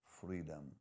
freedom